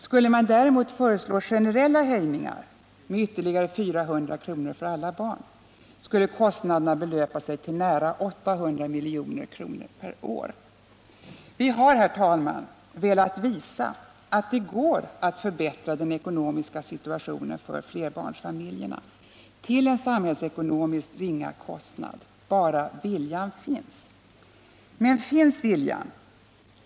Skulle man däremot föreslå generella höjningar med ytterligare 400 kr. för alla barn skulle kostnaderna belöpa sig till nära 800 milj.kr. per år. Vi har, herr talman, velat visa att det går att förbättra den ekonomiska situationen för flerbarnsfamiljerna till en samhällsekonomiskt ringa kostnad, bara viljan finns. Men finns viljan?